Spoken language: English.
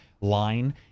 line